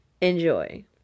enjoy